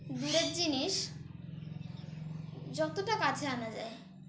দূরের জিনিস যতটা কাছে আনা যায়